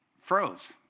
froze